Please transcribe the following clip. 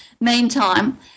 meantime